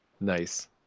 Nice